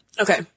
Okay